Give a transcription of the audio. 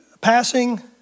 passing